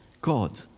God